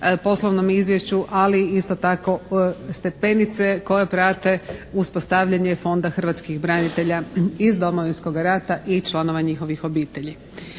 poslovnom izvješću ali isto tako stepenice koje prate uspostavljanje Fonda hrvatskih branitelja iz Domovinskoga rata i članova njihovih obitelji.